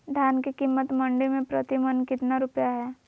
धान के कीमत मंडी में प्रति मन कितना रुपया हाय?